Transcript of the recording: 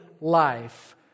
life